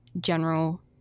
general